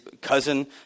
cousin